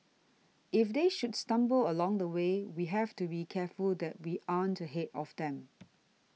if they should stumble along the way we have to be careful that we aren't ahead of them